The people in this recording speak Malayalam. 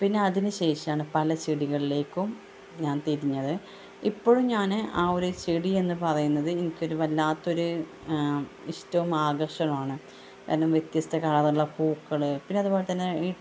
പിന്നെ അതിനുശേഷമാണ് പല ചെടികളിലേക്കും ഞാൻ തിരിഞ്ഞത് ഇപ്പോഴും ഞാൻ ആ ഒരു ചെടി എന്ന് പറയുന്നത് എനിക്കൊരു വല്ലാത്തൊരു ഇഷ്ടവും ആകർഷണവുമാണ് കാരണം വ്യത്യസ്ത കളറുള്ള പൂക്കള് പിന്നെ അതുപോലെ തന്നെ